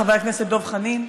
חבר הכנסת דב חנין.